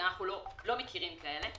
כי אנחנו לא מכירים כאלו.